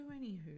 anywho